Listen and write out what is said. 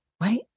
right